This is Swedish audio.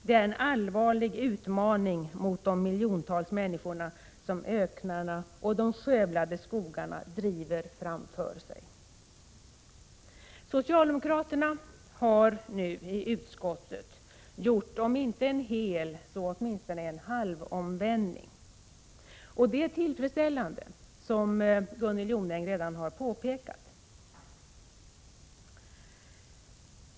Det är en allvarlig utmaning mot de miljontals människor som öknarna och de skövlade skogarna driver framför sig.” Socialdemokraterna har nu i utskottet gjort om inte en hel omvändning så i alla fall en halv omvändning. Det är tillfredsställande, som Gunnel Jonäng redan har påpekat.